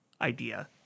idea